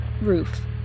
roof